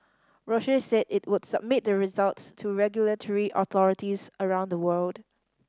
Roche said it would submit the results to regulatory authorities around the world